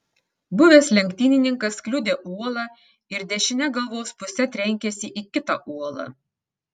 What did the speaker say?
buvęs lenktynininkas kliudė uolą ir dešine galvos puse trenkėsi į kitą uolą